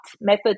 method